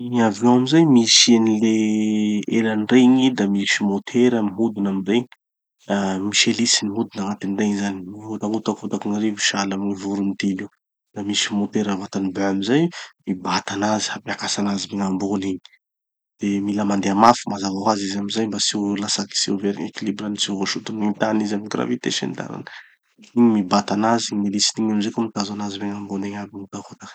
Gny avion amizay misy any le elany regny, da misy motera mihodina amy regny, ah misy elisy mihodina agnatin'ny regny zany, miho- magnotakotaky gny rivotsy sahala amy gny voro mitily io. Da misy motera vatany be amizay mibata anazy hampiakatsy anazy megna ambony igny. De mila mandeha mafy mazava hoazy izy amizay mba tsy ho latsaky tsy ho very gn'équilibrany tsy ho voasoton'ny gny tany izy amy gravité sy ny tariny. Igny mibata anazy sy gn'elisiny igny amizay koa mitazo anazy megna ambony egny aby mihotakotaky.